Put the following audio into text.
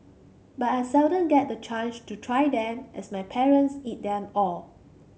but I seldom get the chance to try them as my parents eat them all